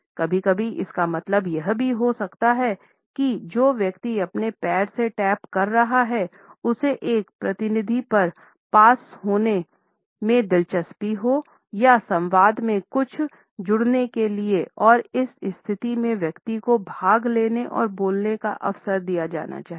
कभी कभी इसका मतलब यह भी हो सकता है कि जो व्यक्ति अपने पैर से टैप कर रहा है उसे एक प्रतिनिधि पर पास होने में दिलचस्पी हो या संवाद में कुछ जोड़ने के लिए और इस स्थिति में व्यक्ति को भाग लेने और बोलने का अवसर दिया जाना चाहिए